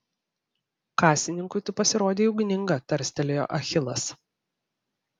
kasininkui tu pasirodei ugninga tarstelėjo achilas